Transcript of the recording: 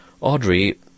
Audrey